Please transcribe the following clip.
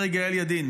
אומר יגאל ידין,